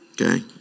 okay